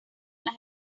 las